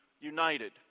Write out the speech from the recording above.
united